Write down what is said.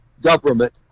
government